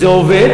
זה עובד.